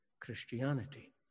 Christianity